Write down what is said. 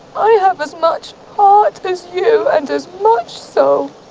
i have as much heart as you, and as much so